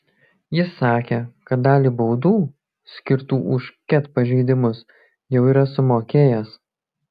jis sakė kad dalį baudų skirtų už ket pažeidimus jau yra sumokėjęs